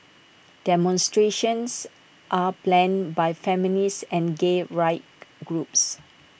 demonstrations are planned by feminist and gay rights groups